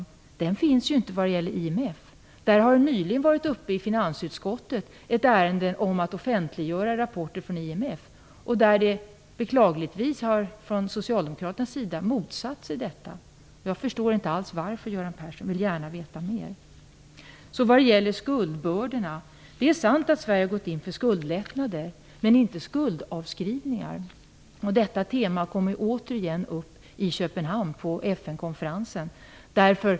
Men så är inte fallet när det gäller IMF. I finansutskottet har ett ärende om att offentliggöra rapporter från IMF varit uppe. Beklagligt nog har man från socialdemokraternas sida motsatt sig detta. Jag förstår inte alls varför, Göran Persson. Jag vill gärna veta mer. När det gäller skuldbördorna är det sant att Sverige har gått in för skuldlättnader men inte skuldavskrivningar. Detta tema kommer återigen upp på Köpenhamn på FN-konferensen.